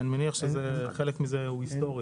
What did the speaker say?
אני מניח שחלק מזה היסטורי.